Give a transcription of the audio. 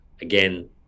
Again